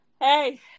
Hey